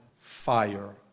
fire